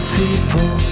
people